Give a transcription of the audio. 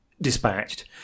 dispatched